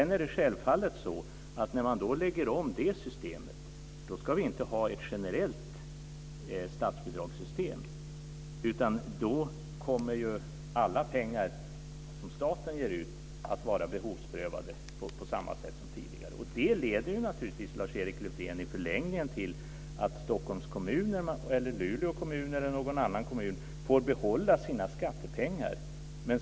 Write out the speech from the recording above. När man sedan lägger om det systemet ska vi självfallet inte ha ett generellt statsbidragssystem, utan då kommer alla pengar som staten ger ut att vara behovsprövade på samma sätt som tidigare. Det leder naturligtvis, Lars-Erik Lövdén, i förlängningen till att Stockholms kommun, Luleå kommun eller någon annan kommun får behålla sina skattepengar.